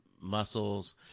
muscles